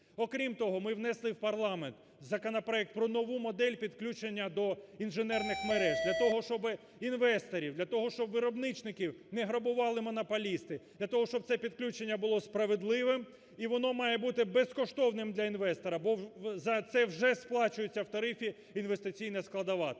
Окрім того, ми внесли в парламент законопроект про нову модель підключення до інженерних мереж для того, щоб інвесторів, для того, щоб виробничників не грабували монополісти для того, щоб це підключення було справедливим і воно має бути безкоштовним для інвестора, бо за це вже сплачується в тарифі інформаційна складова.